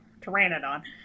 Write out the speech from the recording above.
Pteranodon